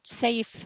safe